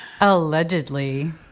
Allegedly